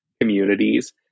communities